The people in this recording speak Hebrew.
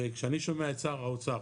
וכשאני שומע את שר האוצר